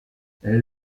elle